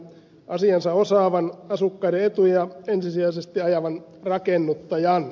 asiansa osaavan asukkaiden etuja ensisijaisesti ajavan rakennuttajan